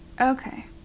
Okay